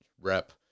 rep